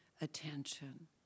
attention